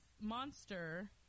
monster